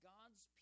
God's